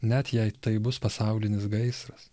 net jei tai bus pasaulinis gaisras